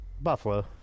Buffalo